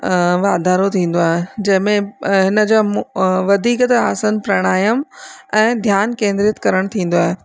वाधारो थींदो आहे जंहिं में हिनजा वधीक त आसान प्रणायाम ऐं ध्यानु केंद्रित करणु थींदो आहे